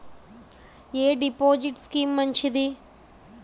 ఎ deposit scheme మంచిది?